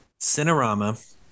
Cinerama